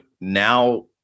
now